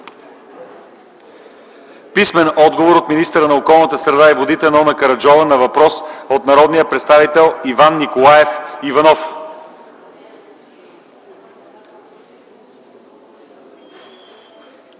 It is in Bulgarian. писмен отговор от министъра на околната среда и водите Нона Караджова на въпрос от народния представител Иван Николаев Иванов;